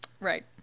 Right